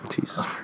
Jesus